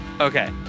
Okay